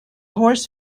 horse